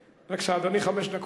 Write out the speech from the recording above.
בבקשה, אדוני, חמש דקות.